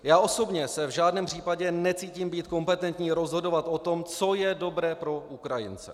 Já osobně se v žádném případě necítím být kompetentní rozhodovat o tom, co je dobré pro Ukrajince.